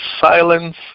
silence